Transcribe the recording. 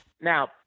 Now